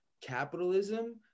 capitalism